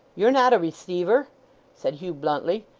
you're not a receiver said hugh bluntly,